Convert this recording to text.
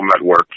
Network